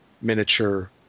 miniature